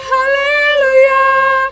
Hallelujah